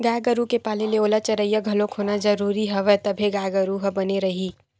गाय गरुवा के पाले ले ओला चरइया घलोक होना जरुरी हवय तभे गाय गरु ह बने रइही